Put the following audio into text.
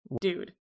dude